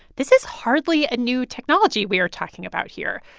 this is hardly a new technology we are talking about here.